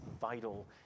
vital